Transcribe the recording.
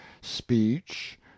speech